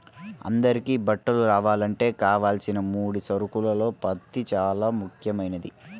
అందరికీ బట్టలు రావాలంటే కావలసిన ముడి సరుకుల్లో పత్తి చానా ముఖ్యమైంది